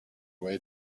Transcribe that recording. way